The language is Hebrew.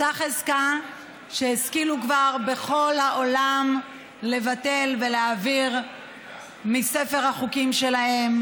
אותה חזקה שהשכילו כבר בכל העולם לבטל ולהעביר מספר החוקים שלהם,